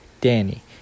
Danny